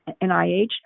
NIH